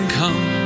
come